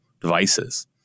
devices